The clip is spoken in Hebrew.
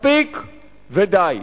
מספיק ודי.